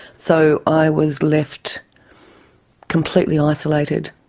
so i was left completely isolated.